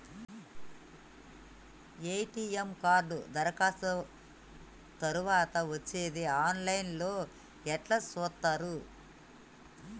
ATM card దరఖాస్తు తరువాత వచ్చేది ఆన్ లైన్ లో ఎట్ల చూత్తరు?